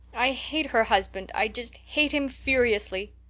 i hate her husband i just hate him furiously.